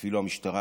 אפילו המשטרה,